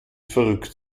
verrückt